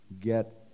get